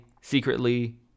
secretly